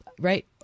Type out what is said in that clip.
Right